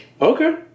Okay